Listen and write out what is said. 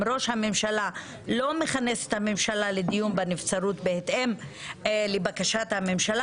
אם ראש הממשלה לא מכנס את הממשלה לדיון בנבצרות בהתאם לבקשת הממשלה